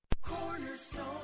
Cornerstone